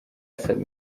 asaba